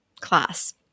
class